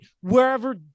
wherever